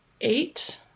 eight